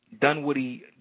Dunwoody